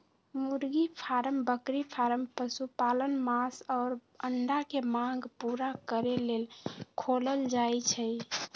मुर्गी फारम बकरी फारम पशुपालन मास आऽ अंडा के मांग पुरा करे लेल खोलल जाइ छइ